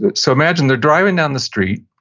but so, imagine they're driving down the street.